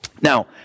Now